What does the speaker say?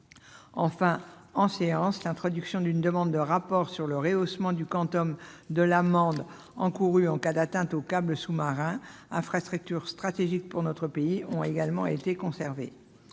Enfin, l'introduction en séance d'une demande de rapport et du rehaussement du quantum de l'amende encourue en cas d'atteinte aux câbles sous-marins, infrastructure stratégique pour notre pays, a aussi été conservée.